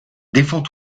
défends